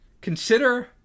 Consider